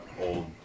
old